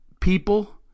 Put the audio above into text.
people